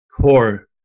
core